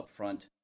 upfront